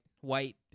white